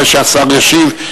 אחרי שהשר ישיב.